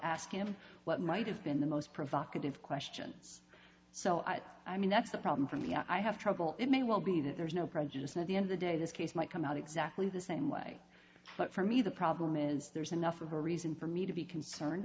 ask him what might have been the most provocative questions so i thought i mean that's the problem for me i have trouble it may well be that there's no prejudice at the end the day this case might come out exactly the same way but for me the problem is there's enough of a reason for me to be concerned